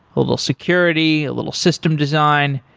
a little security, a little system design.